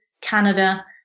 Canada